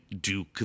Duke